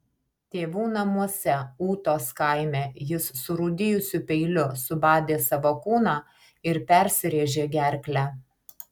tėvų namuose ūtos kaime jis surūdijusiu peiliu subadė savo kūną ir persirėžė gerklę